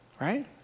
right